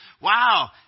Wow